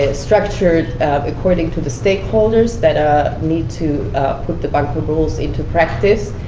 ah structured according to the stakeholders that ah need to put the bangkok rules into practice.